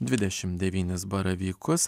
dvidešimt devynis baravykus